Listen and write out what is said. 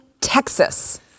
Texas